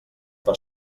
per